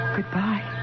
Goodbye